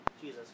Jesus